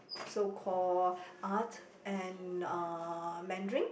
so call Art and uh Mandarin